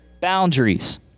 boundaries